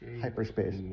hyperspace